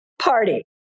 party